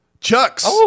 Chucks